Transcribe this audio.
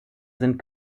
sind